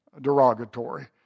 derogatory